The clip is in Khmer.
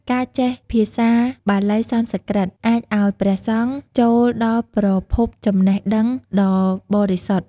ការចេះភាសាភាសាបាលី-សំស្ក្រឹត អាចឱ្យព្រះសង្ឃចូលដល់ប្រភពចំណេះដឹងដ៏បរិសុទ្ធ។